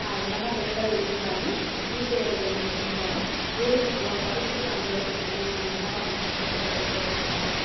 என்ன தான் பெண்கள் இருந்தாலும் வீட்டு வேலைகள் நம்ம செஞ்சாலும் வேலைக்கு போகணும் படித்ததுக்கான வேலைக்கு போகணும் ஏன்னா நம்ம அம்மா அப்பா நம்மளை கஷ்டப்பட்டு படிக்க வெச்சிருக்காங்க